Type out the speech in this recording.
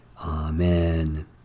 Amen